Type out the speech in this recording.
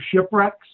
shipwrecks